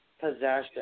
possession